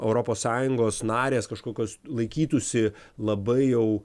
europos sąjungos narės kažkokios laikytųsi labai jau